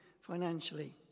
financially